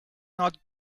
not